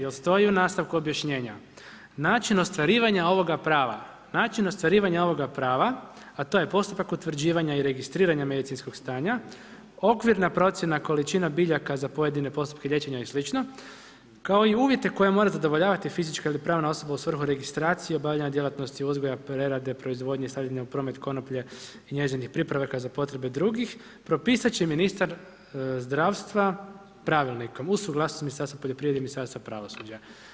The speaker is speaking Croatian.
Jer stoji u nastavku objašnjenja: način ostvarivanja ovoga prava, način ostvarivanja ovoga prava, a to je postupak utvrđivanja i registriranja medicinskog stanja, okvirna procjena količina biljaka za pojedine postupke liječenja i slično, kao i uvjete koje mora zadovoljavati fizička ili pravna osoba u svrhu registracije, obavljanja djelatnosti uzgoja, prerade, proizvodnje i stavljanja u promet konoplje i njezinih pripravaka za potrebe drugih propisat će ministar zdravstva pravilnikom uz suglasnost Ministarstva poljoprivrede i Ministarstva pravosuđa.